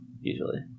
usually